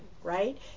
right